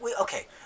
Okay